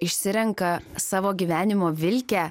išsirenka savo gyvenimo vilkę